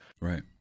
right